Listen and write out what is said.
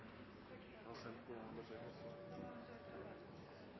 Jeg har sett det på